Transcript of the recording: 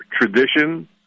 tradition